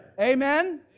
Amen